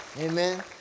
Amen